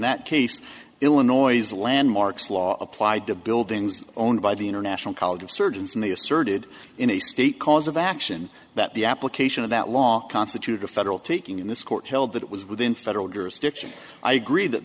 that case illinois landmarks law applied to buildings owned by the international college of surgeons and they asserted in a state cause of action that the application of that law constitute a federal taking in this court held that it was within federal jurisdiction i agree that